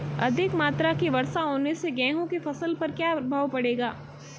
अधिक मात्रा की वर्षा होने से गेहूँ की फसल पर क्या प्रभाव पड़ेगा?